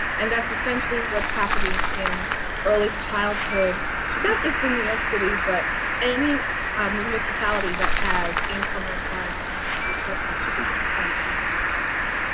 and that's essentially what's happening in early childhood not just in new york city, but any municipality that has income requirements for children to attend any kind of program.